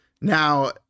Now